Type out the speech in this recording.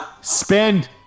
Spend